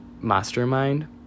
Mastermind